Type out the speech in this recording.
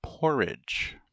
porridge